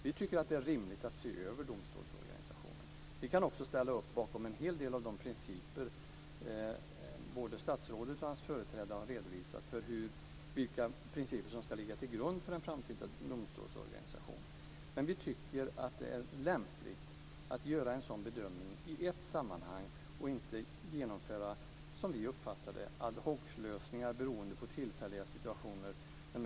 Vi tycker att det är rimligt att se över domstolsorganisationen. Vi kan också ställa upp bakom en hel del av de principer både statsrådet och hans företrädare har redovisat som ska ligga till grund för en framtida domstolsorganisation, men vi tycker att det är lämpligt att göra en sådan bedömning i ett sammanhang och inte genomföra, som vi uppfattar det, ad hoc-lösningar beroende på tillfälliga situationer.